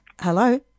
Hello